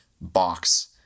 box